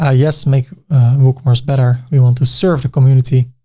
ah yes, make woocommerce better. we want to serve the community.